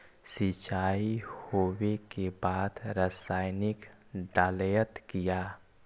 सीचाई हो बे के बाद रसायनिक डालयत किया?